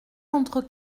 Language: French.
entre